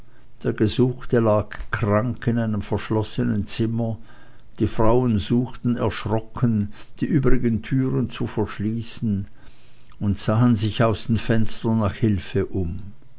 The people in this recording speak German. der gesuchte lag krank in einem verschlossenen zimmer die frauen suchten erschrocken die übrigen türen zu verschließen und sahen sich aus den fenstern nach hilfe um